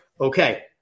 okay